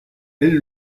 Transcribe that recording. elle